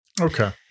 okay